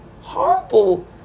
horrible